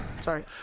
Sorry